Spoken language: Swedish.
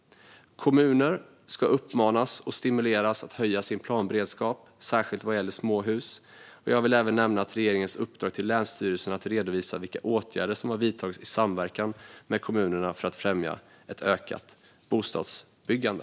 Kommuner ska uppmanas och stimuleras att höja sin planberedskap, särskilt vad gäller småhus. Jag vill även nämna regeringens uppdrag till länsstyrelserna att redovisa vilka åtgärder som har vidtagits i samverkan med kommunerna för att främja ett ökat bostadsbyggande.